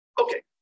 Okay